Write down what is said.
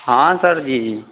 हँ सरजी